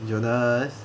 jonas